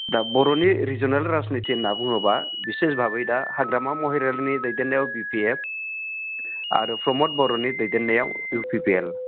दा बर'नि रिजोनेल राजनिति होनना बुङोबा बिसेसभाबै दा हाग्रामा महिलारिनि दैदेननायाव बि पि एफ आरो प्रमद बर'नि दैदेननायाव इउ पि पि एल